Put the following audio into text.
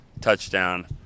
touchdown